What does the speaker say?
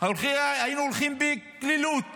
היו הולכים בקלילות